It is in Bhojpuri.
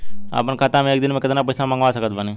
अपना खाता मे एक दिन मे केतना पईसा मँगवा सकत बानी?